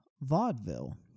vaudeville